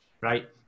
right